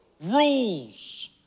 rules